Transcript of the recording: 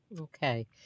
Okay